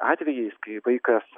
atvejais kai vaikas